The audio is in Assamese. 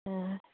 অঁ